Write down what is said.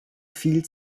viel